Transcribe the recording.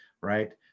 right